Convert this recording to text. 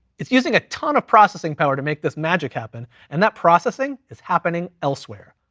it's using a ton of processing power to make this magic happen, and that processing is happening elsewhere.